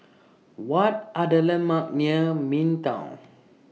What Are The landmarks near Midtown